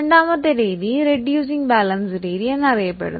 രണ്ടാമത്തെ രീതി reducing balance രീതി എന്ന് അറിയപ്പെടുന്നു